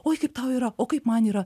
oi kaip tau yra o kaip man yra